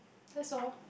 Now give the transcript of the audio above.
that's all